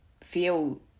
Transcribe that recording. feel